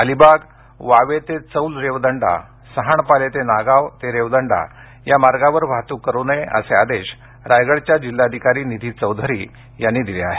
अलिबाग वावे ते चौल रेवदंडा सहाणपाले ते नागाव ते रेवदंडा या मार्गावर वाहतूक करू नये असे आदेश रायगडच्या जिल्हाधिकारी निधी चौधरी यांनी दिले आहेत